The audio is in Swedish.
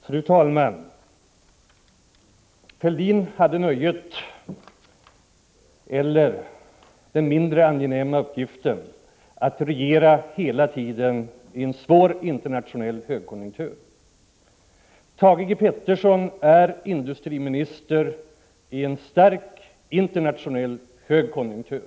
Fru talman! Thorbjörn Fälldin hade nöjet eller, rättare sagt, den mindre angenäma uppgiften att under hela sin tid regera i en svår internationell lågkonjunktur. Thage G. Peterson är industriminister i en stark internationell högkonjunktur.